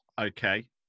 Okay